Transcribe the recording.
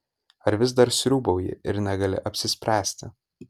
ar vis dar sriūbauji ir negali apsispręsti